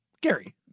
Gary